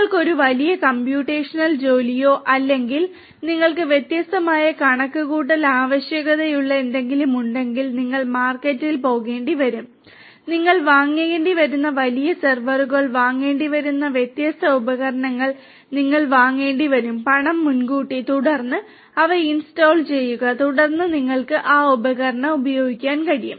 നിങ്ങൾക്ക് ഒരു വലിയ കമ്പ്യൂട്ടേഷണൽ ജോലിയോ അല്ലെങ്കിൽ നിങ്ങൾക്ക് വ്യത്യസ്തമായ കണക്കുകൂട്ടൽ ആവശ്യകതകളുള്ള എന്തെങ്കിലും ഉണ്ടെങ്കിൽ നിങ്ങൾ മാർക്കറ്റിൽ പോകേണ്ടിവരും നിങ്ങൾ വാങ്ങേണ്ടിവരുന്ന വലിയ സെർവറുകൾ വാങ്ങേണ്ടിവരുന്ന വ്യത്യസ്ത ഉപകരണങ്ങൾ നിങ്ങൾ വാങ്ങേണ്ടിവരും പണം മുൻകൂട്ടി തുടർന്ന് അവ ഇൻസ്റ്റാൾ ചെയ്യുക തുടർന്ന് നിങ്ങൾക്ക് ആ ഉപകരണങ്ങൾ ഉപയോഗിക്കാൻ കഴിയും